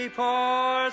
poor